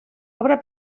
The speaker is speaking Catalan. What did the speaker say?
obra